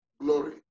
Glory